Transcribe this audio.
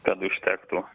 kad užtektų